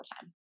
time